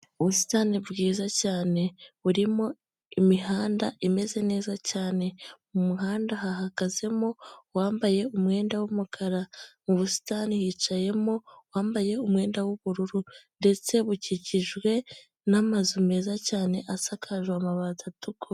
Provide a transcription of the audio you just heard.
Ubusitani bwiza cyane burimo imihanda imeze neza cyane, mu muhanda hahagazemo uwambaye umwenda w'umukara, mu busitani hicayemo uwambaye umwenda w'ubururu ndetse bukikijwe n'amazu meza cyane asakajwe amabati atukura.